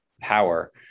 power